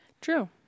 True